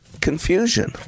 confusion